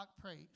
praise